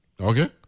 Okay